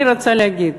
אני רוצה להגיד